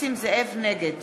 נגד